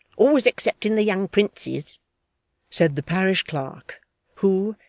always excepting the young princes said the parish-clerk, who,